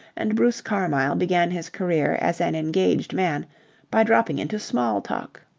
and bruce carmyle began his career as an engaged man by dropping into smalltalk.